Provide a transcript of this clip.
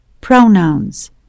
Pronouns